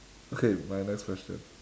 okay my next question